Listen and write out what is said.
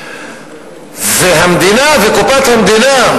והמדינה וקופת המדינה,